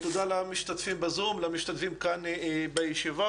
תודה למשתתפים בזום, למשתתפים כאן בישיבה.